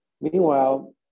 Meanwhile